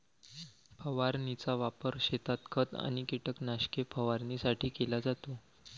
फवारणीचा वापर शेतात खत आणि कीटकनाशके फवारणीसाठी केला जातो